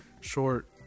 short